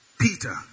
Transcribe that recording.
Peter